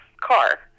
car